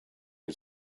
you